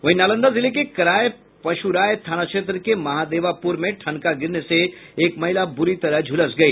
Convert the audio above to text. वहीं नालंदा जिले के कराय पशुराय थाना क्षेत्र के महादेवापुर में ठनका गिरने से एक महिला बुरी तरह झुलस गई